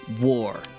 war